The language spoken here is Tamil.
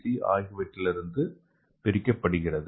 சி ஆகியவற்றிலிருந்து பிரிக்கப்படுகிறது